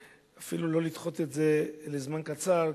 ואפילו לא לדחות את זה לזמן קצר,